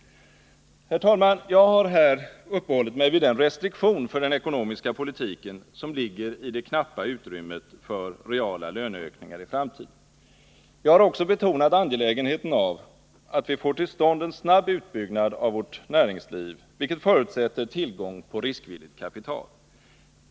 Herr talman! Jag har här uppehållit mig vid den restriktion för den ekonomiska politiken som ligger i det knappa utrymmet för reala löneökningar i framtiden. Jag har också betonat angelägenheten av att vi får till stånd en snabb utbyggnad av vårt näringsliv, vilket förutsätter tillgång på riskvilligt kapital.